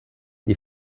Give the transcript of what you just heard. die